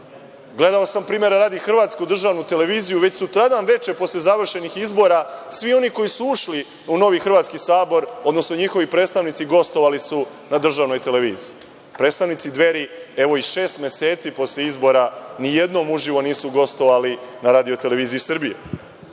kaže. Gledao sam, primera radi, hrvatsku državnu televiziju, već sutradan veče posle završenih izbora svi oni koji su ušli u novi Hrvatski sabor, odnosno njihovi predstavnici, gostovali su na državnoj televiziji. Predstavnici Dveri, evo i šest meseci posle izbora nijednom uživo nisu gostovali na RTS-u. Ako se,